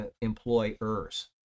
employers